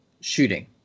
shooting